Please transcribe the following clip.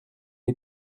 les